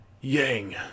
Yang